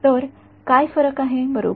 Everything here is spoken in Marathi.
तर काय फरक आहे बरोबर